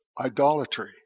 idolatry